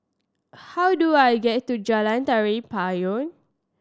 how do I get to Jalan Tari Payong